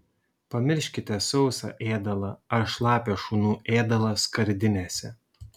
pamirškite sausą ėdalą ar šlapią šunų ėdalą skardinėse